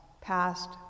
past